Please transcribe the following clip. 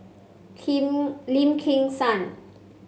Kim Lim Kim San